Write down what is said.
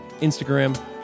Instagram